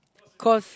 cause